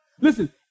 listen